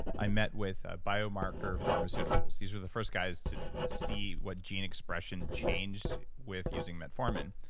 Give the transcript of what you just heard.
i met with biomarker pharmaceuticals. these are the first guys to see what gene expression changed with using metformin.